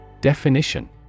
Definition